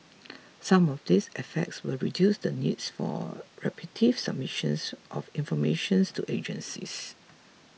some of these efforts will reduce the needs for repetitive submission of informations to agencies